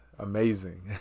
amazing